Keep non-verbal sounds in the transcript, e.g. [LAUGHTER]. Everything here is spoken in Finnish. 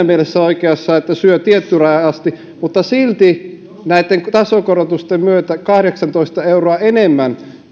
[UNINTELLIGIBLE] mielessä oikeassa että syö tiettyyn rajaan asti mutta silti näitten tasokorotusten myötä kahdeksantoista euroa enemmän